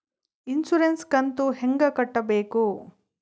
Insurance ಕಂತು ಹೆಂಗ ಕಟ್ಟಬೇಕು?